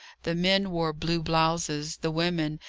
the men wore blue blouses the women,